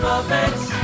Puppets